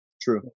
true